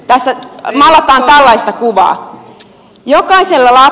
tässä maalataan tällaista kuvaa